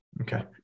Okay